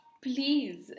please